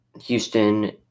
Houston